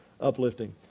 uplifting